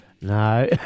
No